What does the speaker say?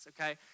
okay